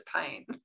pain